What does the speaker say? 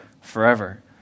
forever